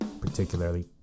particularly